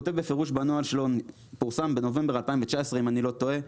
כותב בפירוש בנוהל שפורסם בנובמבר 2019 אם אני לא טועה,